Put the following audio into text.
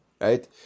right